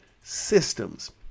systems